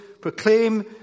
proclaim